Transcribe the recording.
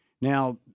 Now